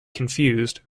confused